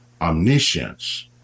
omniscience